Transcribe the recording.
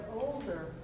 older